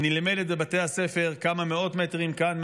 היא נלמדת בבתי הספר כמה מאות מטרים מכאן,